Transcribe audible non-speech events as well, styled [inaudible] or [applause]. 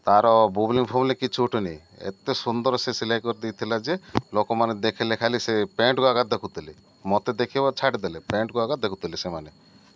ତା'ର [unintelligible] କିଛି ଉଠୁନି ଏତେ ସୁନ୍ଦର ସେ ସିଲେଇ କରିଦେଇଥିଲା ଯେ ଲୋକମାନେ ଦେଖିଲେ ଖାଲି ସେ ପ୍ୟାଣ୍ଟକୁୁ ଏକା ଦେଖୁଥିଲେ ମତେ ଦେଖିବା ଛାଡ଼ି ଦେଲେ ପ୍ୟାଣ୍ଟକୁ ଏକା ଦେଖୁଥିଲେ ସେମାନେ